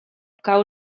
kao